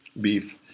beef